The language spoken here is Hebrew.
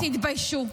תתביישו.